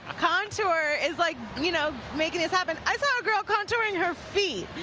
contour is like you know making it happening. i saw a girl contouring her feet.